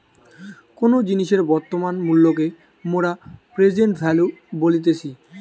কোনো জিনিসের বর্তমান মূল্যকে মোরা প্রেসেন্ট ভ্যালু বলতেছি